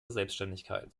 selbständigkeit